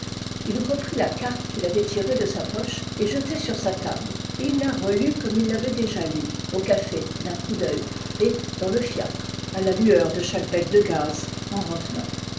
il reprit la carte qu'il avait tirée de sa poche et jetée sur sa table et il la relut comme il l'avait déjà lue au café d'un coup d'œil et dans le fiacre à la lueur de chaque bec de gaz en revenant